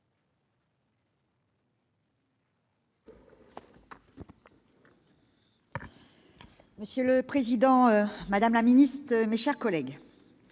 Monsieur le président, madame la ministre, mes chers collègues,